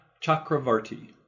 Chakravarti